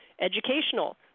Educational